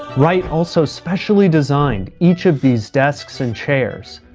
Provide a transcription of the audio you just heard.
wright also specially designed each of these desks and chairs.